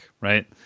right